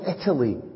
Italy